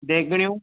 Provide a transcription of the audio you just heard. देॻिड़ियूं